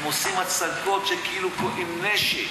הם עושים הצגות שכאילו עם נשק,